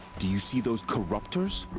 do you see those corruptors?